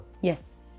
yes